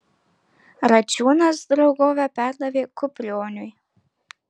račiūnas draugovę perdavė kuprioniui